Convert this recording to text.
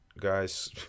guys